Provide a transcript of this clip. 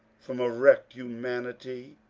from a wrecked humanity,